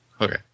Okay